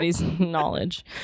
knowledge